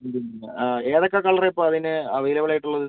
മ് ആ ഏതൊക്കെ കളർ ആണ് ഇപ്പോൾ അതിന് അവൈലബിൾ ആയിട്ടുള്ളത്